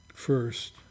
First